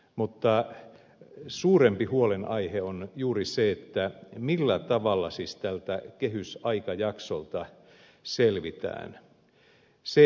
mutta suurempi huolenaihe on juuri se millä tavalla tältä kehysaikajaksolta selvitään